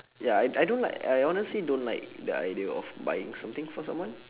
ya I I don't like I honestly don't like the idea of buying something for someone